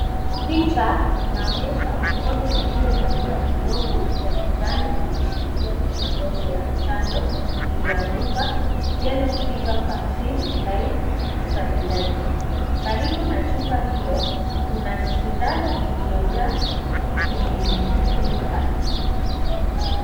Picha inaonyesha mkono uliovalia glovu ya kijani, ukishikilia chupa ndogo ya chanjo iliyoandikwa yellow fever vaccine live stabilised , karibu na chupa hiyo kuna sindano iliyojaa kimiminika.